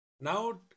Now